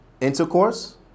intercourse